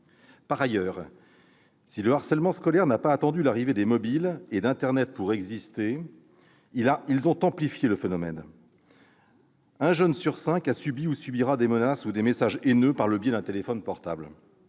Par ailleurs, si le harcèlement scolaire n'a pas attendu l'arrivée des mobiles et d'internet pour exister, les téléphones portables ont amplifié le phénomène. Un jeune sur cinq a subi ou subira des menaces ou des messages haineux par ce biais. Enfin, les